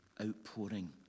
outpouring